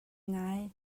ngai